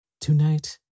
Tonight